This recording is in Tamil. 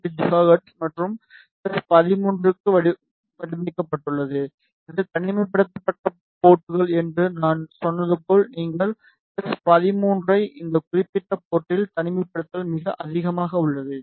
8 ஜிகாஹெர்ட்ஸ் மற்றும் எஸ் 13க்காக வடிவமைக்கப்பட்டுள்ளது இது தனிமைப்படுத்தப்பட்ட போர்ட்கள் என்று நான் சொன்னது போல் நீங்கள் எஸ் 13 ஐ இந்த குறிப்பிட்ட போர்ட்டில் தனிமைப்படுத்துதல் மிக அதிகமாக உள்ளது